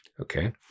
okay